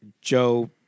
Joe